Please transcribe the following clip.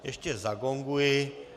Ještě zagonguji.